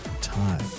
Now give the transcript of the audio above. time